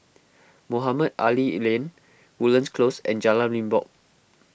Mohamed Ali Lane Woodlands Close and Jalan Limbok